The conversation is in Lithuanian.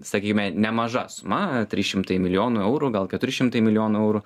sakykime nemaža suma trys šimtai milijonų eurų gal keturi šimtai milijonų eurų